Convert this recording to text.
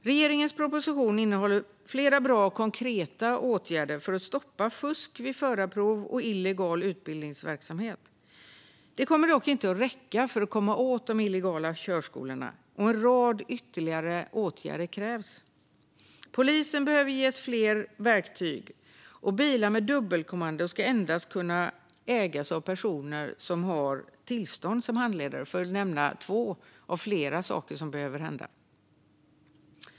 Regeringens proposition innehåller flera bra konkreta åtgärder för att stoppa fusk vid förarprov och illegal utbildningsverksamhet. Det kommer dock inte att räcka för att komma åt de illegala körskolorna, och därför krävs en rad ytterligare åtgärder. Polisen bör ges fler verktyg, och bilar med dubbelkommando ska endast kunna ägas av personer med tillstånd som handledare. Det här var två av flera saker som behöver göras.